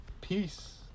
Peace